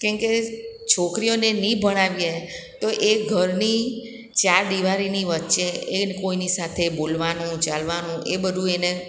કેમકે છોકરીઓને નહીં ભણાવીએ તો એ ઘરની ચાર દીવાલોની વચ્ચે એ કોઇની સાથે બોલવાનું ચાલવાનું એ બધું એને